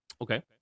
Okay